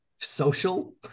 social